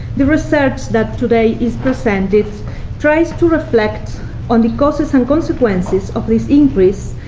the research that today is presented tries to reflect on the causes and consequences of this increase,